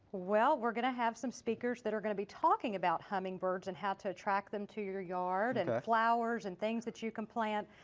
well, we're going to have some speakers that are going to be talking about hummingbirds and how to attract them to your yard. and flowers and things that you can plant.